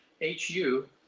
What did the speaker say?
h-u